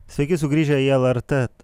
sveiki sugrįžę į lrt